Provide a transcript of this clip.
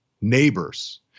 neighbors